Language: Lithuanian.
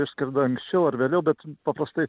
išskrenda anksčiau ar vėliau bet paprastai